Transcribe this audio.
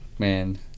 man